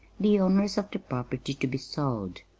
the owners of the property to be sold.